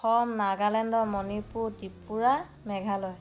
Assam Nagaland Manipur Tripura Meghalaya